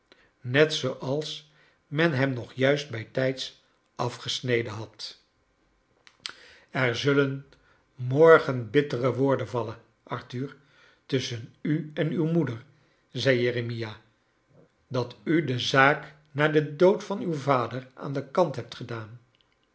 net zooals men hem nog juist bijtijds afgesneden had er zullen morgen bittere woorden vail en arthur tusschen u en uw rnoeder zei jeremia dat u de zaak na den dood van uw vader aan kant hebt gedaan